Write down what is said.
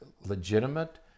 legitimate